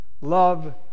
love